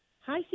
Hi